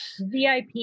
vip